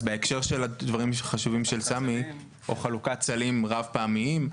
או חלוקת סלים רב פעמיים.